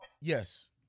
yes